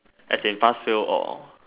as in pass fail or